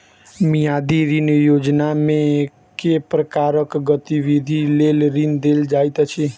मियादी ऋण योजनामे केँ प्रकारक गतिविधि लेल ऋण देल जाइत अछि